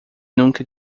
nunca